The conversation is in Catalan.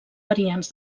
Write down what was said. variants